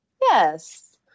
yes